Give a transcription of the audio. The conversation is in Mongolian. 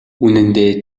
үнэндээ